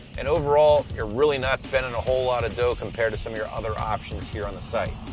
and overall, you're really not spending a whole lot of dough, compared to some of your other options here on the site.